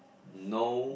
no